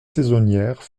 saisonnières